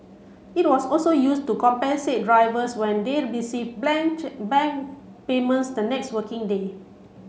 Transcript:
it was also used to compensate drivers when they received bank payments the next working day